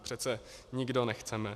To přece nikdo nechceme.